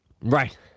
Right